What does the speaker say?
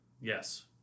Yes